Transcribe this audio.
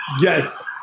Yes